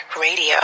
Radio